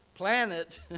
Planet